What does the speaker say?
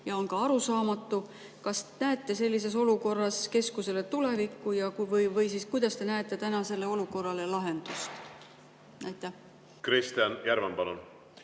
ja on ka arusaamatu. Kas näete sellises olukorras keskusele tulevikku või kuidas te näete tänasele olukorrale lahendust? Kristjan Järvan, palun!